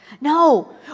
No